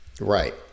Right